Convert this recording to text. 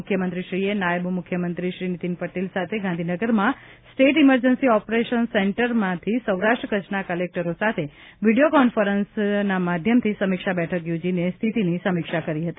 મુખ્યમંત્રીશ્રીએ નાયબ મુખ્યમંત્રી શ્રી નીતિનભાઇ પટેલ સાથે ગાંધીનગરમાં સ્ટેટ ઇમરજન્સી ઓપરેશન સેન્ટરમાંથી સૌરાષ્ટ્ર કચ્છના કલેકટરો સાથે વિડીયો કોન્ફરન્સ સમીક્ષા બેઠક યોજીને સ્થિતીની સમીક્ષા કરી હતી